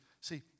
See